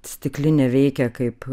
stiklinė veikia kaip